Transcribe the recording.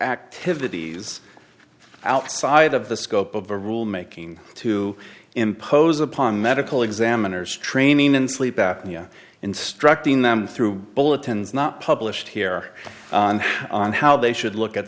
activities outside of the scope of the rule making to impose upon medical examiners training in sleep apnea instructing them through bulletins not published here on how they should look at